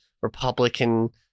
Republican